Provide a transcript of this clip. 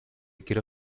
quiero